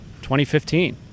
2015